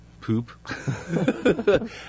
poop